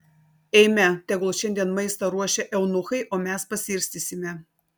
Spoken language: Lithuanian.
eime tegul šiandien maistą ruošia eunuchai o mes pasiirstysime